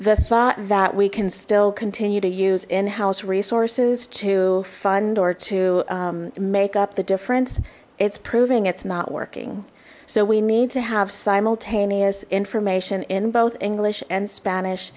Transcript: the thought that we can still continue to use in house resources to fund or to make up the difference it's proving it's not working so we need to have simultaneous information in both english and spanish